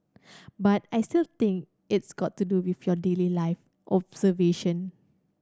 but I still think it's got to do with your daily life observation